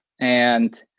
And-